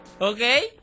okay